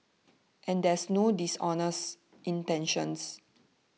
and there is no dishonest intention